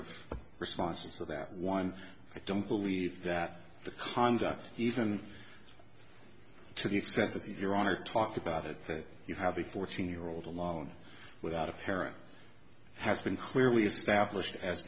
of responses to that one i don't believe that the conduct even to the extent that your honor talked about it that you have a fourteen year old alone without a parent has been clearly established as